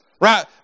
right